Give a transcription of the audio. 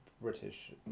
British